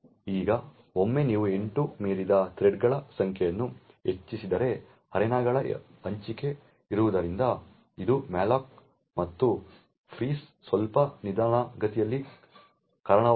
ಈಗ ಒಮ್ಮೆ ನೀವು 8 ಮೀರಿದ ಥ್ರೆಡ್ಗಳ ಸಂಖ್ಯೆಯನ್ನು ಹೆಚ್ಚಿಸಿದರೆ ಅರೆನಾಗಳ ಹಂಚಿಕೆ ಇರುವುದರಿಂದ ಅದು ಮ್ಯಾಲೋಕ್ ಮತ್ತು ಫ್ರೀಸ್ಗಳ ಸ್ವಲ್ಪ ನಿಧಾನಗತಿಗೆ ಕಾರಣವಾಗಬಹುದು